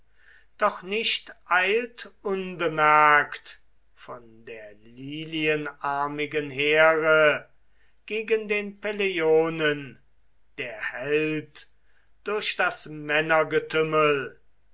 doch nicht eilt unbemerkt von der lilienarmigen here gegen den peleionen der held durch das